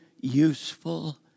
useful